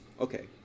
Okay